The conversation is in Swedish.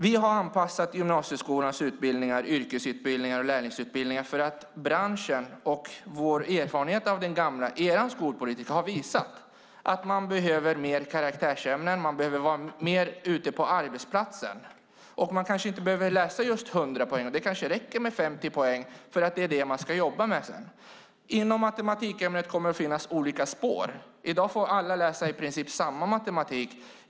Vi har anpassat gymnasieskolans utbildningar, yrkesutbildningar och lärlingsutbildningar för att branschen och vår erfarenhet av er skolpolitik, Rossana Dinamarca, har visat att man behöver mer karaktärsämnen och att man behöver vara mer ute på arbetsplatserna. Man kanske inte behöver läsa just 100 poäng, utan det kanske räcker med 50 poäng för att det är det som man sedan ska jobba med. Inom matematikämnet kommer det att finnas olika spår. I dag får alla läsa i princip samma matematik.